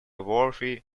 worthy